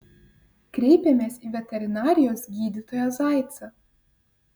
kreipėmės į veterinarijos gydytoją zaicą